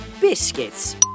Biscuits